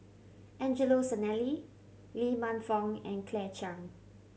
Angelo Sanelli Lee Man Fong and Claire Chiang